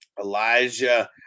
Elijah